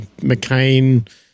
McCain